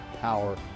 power